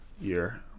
year